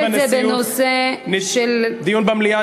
אנחנו נכליל את זה בנושאים לדיון במליאה.